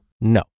No